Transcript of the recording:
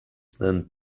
than